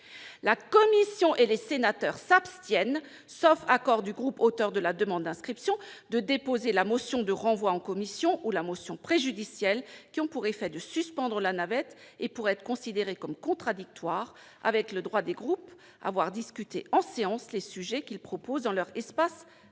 La commission et les sénateurs s'abstiennent, sauf accord du groupe auteur de la demande d'inscription, de déposer la motion de renvoi en commission ou la motion préjudicielle, qui ont pour effet de suspendre la navette et pourraient être considérées comme contradictoires avec le droit des groupes à voir discuter en séance les sujets qu'ils proposent dans leur espace réservé.